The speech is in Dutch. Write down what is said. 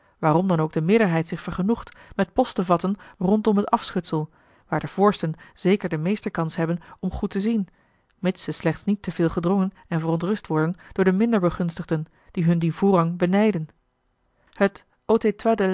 waarom dan ook de meerderheid zich vergenoegt met post te vatten rondom het afschutsel waar de voorsten zeker de meeste kans hebben om goed te zien mits ze slechts niet te veel gedrongen en verontrust worden door de minder begunstigden die hun dien voorrang benijden het